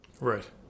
Right